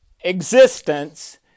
existence